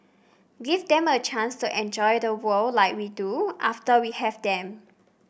give them a chance to enjoy the world like we do after we have them